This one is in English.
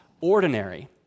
ordinary